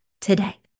today